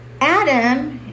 Adam